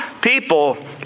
people